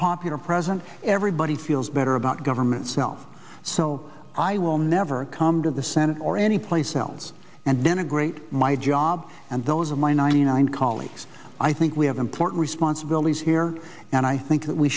popular president everybody feels better about government self so i will never come to the senate or any place else and denigrate my job and those of my ninety nine colleagues i think we have important responsibilities here and i think